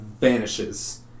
vanishes